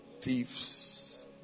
thieves